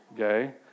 okay